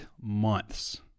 months